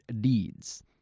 deeds